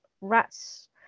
rats